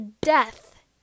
death